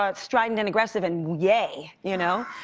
ah strident and aggressive and, yea! you know